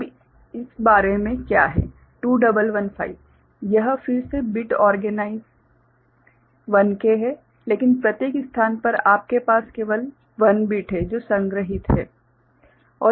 अब इस बारे में क्या है 2115 यह फिर से बिट ओर्गेनाइज़बिट organized 1K है लेकिन प्रत्येक स्थान पर आपके पास केवल 1 बिट है जो संग्रहीत है